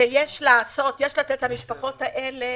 יש לתת פיצוי למשפחות האלה